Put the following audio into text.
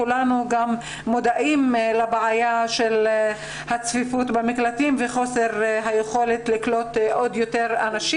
כולנו גם מודעים לבעיה של הצפיפות במקלטים וחוסר היכולת לקלוט עוד נשים.